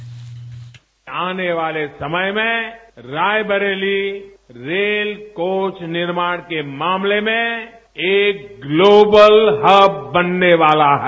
bite आने वाले समय में रायबरेली रेल कोच निर्माण के मामले में एक ग्लोबल हब बनने वाला है